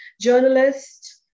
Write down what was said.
journalist